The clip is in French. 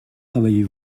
travaillez